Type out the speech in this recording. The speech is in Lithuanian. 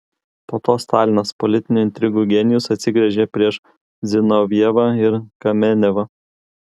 po to stalinas politinių intrigų genijus atsigręžė prieš zinovjevą ir kamenevą